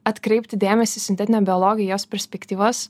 atkreipti dėmesį į sintetinę biologiją jos perspektyvas